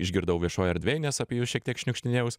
išgirdau viešoje erdvėj nes apie jus šiek tiek šniukštinėjaus